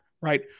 right